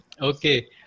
Okay